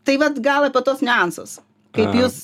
tai vat gal apie tuos niuansus kaip jūs